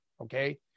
okay